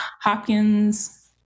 Hopkins